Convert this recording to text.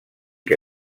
que